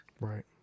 Right